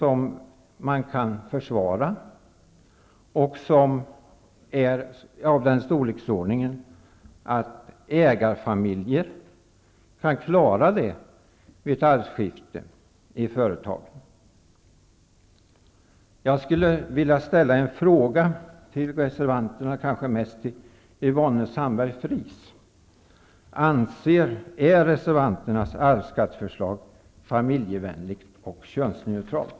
Arvskatten bör också vara av den storleksordningen att familjer som äger företag kan klara skatten vid ett arvskifte. Jag skulle vilja ställa en fråga till reservanterna och då i första hand till Yvonne Sandberg-Fries: Är reservanternas arvsskatteförslag familjevänligt och könsneutralt?